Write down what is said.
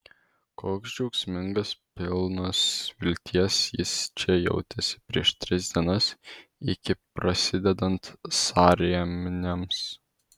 koks džiaugsmingas pilnas vilties jis čia jautėsi prieš tris dienas iki prasidedant sąrėmiams